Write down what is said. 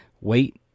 Wait